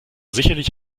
sicherlich